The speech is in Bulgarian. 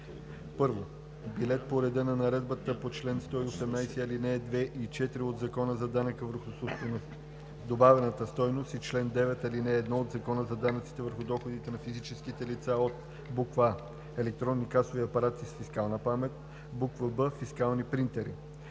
1. билети по реда на наредбата по чл. 118, ал. 2 и 4 от Закона за данък върху добавената стойност и чл. 9, ал. 1 от Закона за данъците върху доходите на физическите лица от: а) електронни касови апарати с фискална памет; б) фискални принтери;